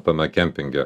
tame kempinge